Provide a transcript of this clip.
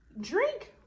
Drink